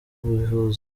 ubuvuzi